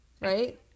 right